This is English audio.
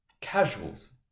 casuals